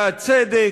בעד צדק,